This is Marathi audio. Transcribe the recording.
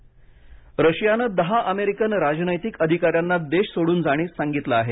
अमेरिका रशिया रशियाने दहा अमेरिकन राजनैतिक अधिकाऱ्यांना देश सोडून जाण्यास सांगितलं आहे